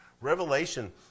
Revelation